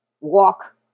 walk